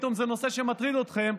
פתאום זה נושא שמטריד אתכם,